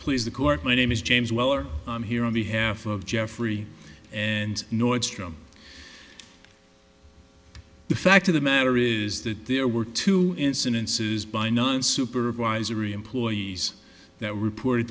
please the court my name is james weller i'm here on behalf of jeffrey and nordstrom the fact of the matter is that there were two incidences by non supervisory employees that report